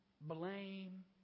blame